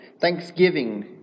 Thanksgiving